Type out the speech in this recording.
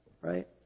right